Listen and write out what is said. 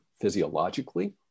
physiologically